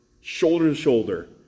shoulder-to-shoulder